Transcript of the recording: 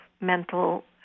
mental